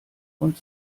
und